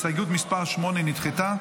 הסתייגות מס' 8 נדחתה.